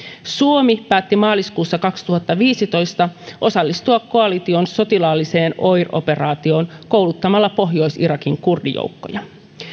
suomi päätti maaliskuussa kaksituhattaviisitoista osallistua koalition sotilaalliseen oir operaatioon kouluttamalla pohjois irakin kurdijoukkoja